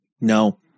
No